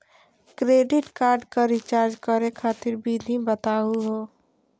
Credit card क recharge करै खातिर विधि बताहु हो?